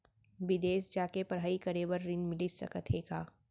बिदेस जाके पढ़ई करे बर ऋण मिलिस सकत हे का?